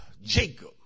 Jacob